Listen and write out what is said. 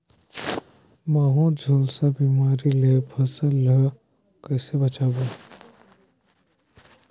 महू, झुलसा बिमारी ले फसल ल कइसे बचाबो?